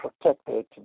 protected